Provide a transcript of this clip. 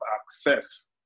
access